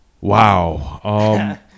wow